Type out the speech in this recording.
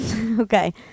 Okay